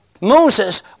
Moses